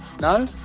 No